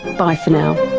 bye for now